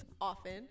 often